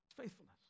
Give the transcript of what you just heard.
faithfulness